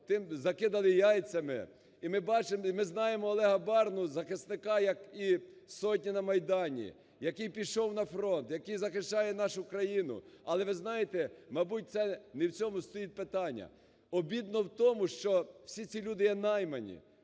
закидали яйцями. І ми бачили, ми знаємо Олега Барну як захисника, як і сотні на Майдані, який пішов на фронт, який захищає нашу країну. Але, ви знаєте, мабуть, це не в цьому стоїть питання. Обідно в тому, що всі ці люди є наймані,